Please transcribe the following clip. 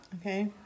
Okay